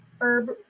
herb